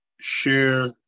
share